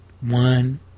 One